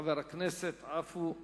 חבר הכנסת עפו אגבאריה.